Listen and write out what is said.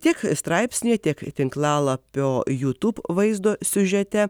tiek straipsnyje tiek tinklalapio youtube vaizdo siužete